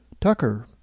Tucker